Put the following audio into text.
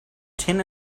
tin